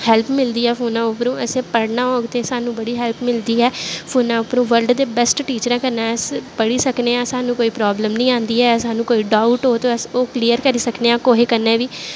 help मिलदी ऐ फोनै उप्परो असें पढ़ना होग ते सानूं बड़ी हैल्प मिलदी ऐ फोना उप्परों बर्ल्ड दे बैस्ट टीचरें कोला अस पढ़ी सकने आं सानूं कोई प्राब्लम निं आंदी ऐ सानूं कोई डाउट होग ते अस ओह् क्लियर करी सकने आं कुसै कन्नै बी